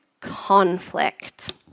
conflict